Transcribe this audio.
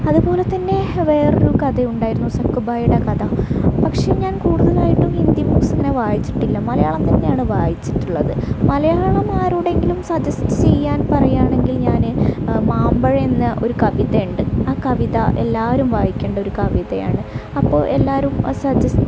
അതുപോലെതന്നെ വേറൊരു കഥയുണ്ടായിരുന്നു സക്ക്ഭായിട കഥ പക്ഷെ ഞാൻ കൂടുതലായിട്ട് ഹിന്ദി പുസ്തകം ഞാൻ വായിച്ചിട്ടില്ല മലയാളം തന്നെയാണ് വായിച്ചിട്ടുള്ളത് മലയാളം ആരുടെയെങ്കിലും സജെസ്റ്റ് ചെയ്യാൻ പറയാണെങ്കിൽ ഞാൻ മാമ്പഴം എന്ന ഒരു കവിതയുണ്ട് ആ കവിത എല്ലാവരും വായിക്കേണ്ട ഒരു കവിതയാണ് അപ്പോൾ എല്ലാവരും സജെസ്റ്റ്